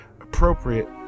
appropriate